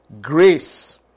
grace